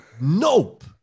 Nope